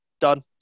done